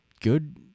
good